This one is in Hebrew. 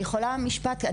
אני יכולה משפט?